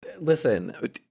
listen